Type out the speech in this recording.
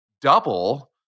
double